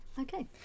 okay